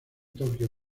tokio